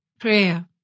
Prayer